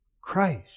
Christ